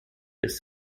ist